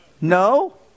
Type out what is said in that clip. No